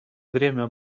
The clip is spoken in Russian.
время